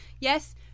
yes